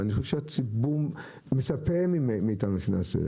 ואני חושב שהציבור מצפה מאיתנו לעשות את זה.